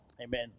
Amen